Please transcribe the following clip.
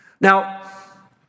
Now